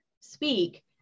speak